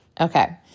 Okay